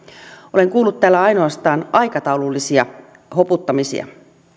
olen kuullut täällä ainoastaan aikataulullisia hoputtamisia